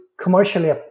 commercially